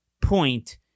point